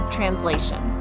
Translation